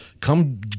come